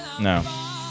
No